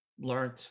learned